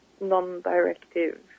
non-directive